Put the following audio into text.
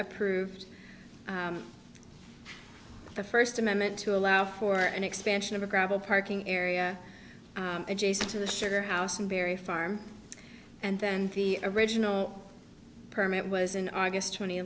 approved the first amendment to allow for an expansion of a gravel parking area adjacent to the sugar house and dairy farm and then the original permit was in august twent